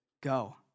go